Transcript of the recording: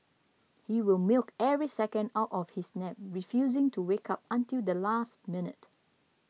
he will milk every second out of his nap refusing to wake up until the last minute